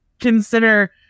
consider